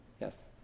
yes